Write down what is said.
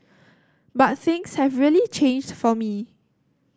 but things have really changed for me